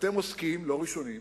אתם עוסקים, לא ראשונים,